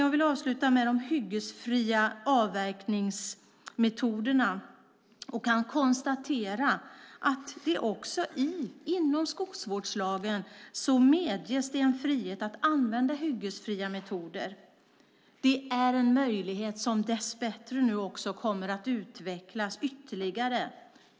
Jag vill avsluta med de hyggesfria avverkningsmetoderna och kan konstatera att det också inom skogsvårdslagen medges en frihet att använda hyggesfria metoder. Det är en möjlighet som dess bättre nu också kommer att utvecklas ytterligare.